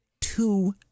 two